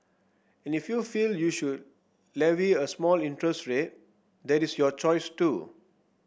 and if you feel you should levy a small interest rate that is your choice too